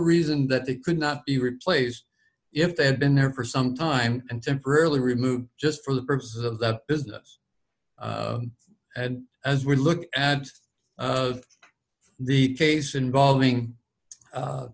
reason that it could not be replaced if they had been there for some time and temporarily removed just for the purposes of the business and as we look at the case involving